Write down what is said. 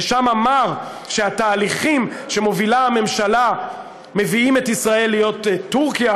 ושם אמר שהתהליכים שמובילה הממשלה מביאים את ישראל להיות טורקיה: